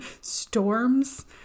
storms